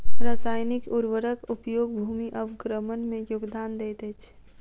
रासायनिक उर्वरक उपयोग भूमि अवक्रमण में योगदान दैत अछि